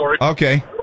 Okay